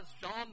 John